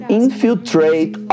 infiltrate